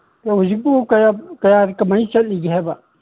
ꯑ ꯍꯧꯖꯤꯛꯄꯨ ꯀꯌꯥ ꯀꯌꯥ ꯀꯃꯥꯏ ꯆꯠꯂꯤꯒꯦ ꯍꯥꯏꯕ